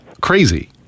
crazy